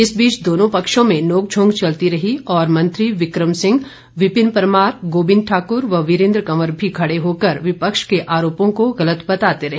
इस बीच दोनों पक्षो में नोकझोंक चलती रही और मंत्री बिकम सिंह विपिन परमार गोविन्द ठाकुर व वीरेन्द्र कंवर भी खड़े होकर विपक्ष के आरोपों को गलत बताते रहे